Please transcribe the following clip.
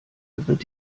wird